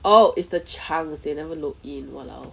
oh is the child they never even notice !walao!